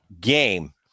Game